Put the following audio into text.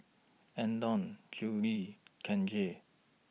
Andon Juli Kenzie